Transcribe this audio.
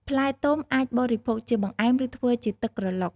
ផ្លែទុំអាចបរិភោគជាបង្អែម ឬធ្វើជាទឹកក្រឡុក។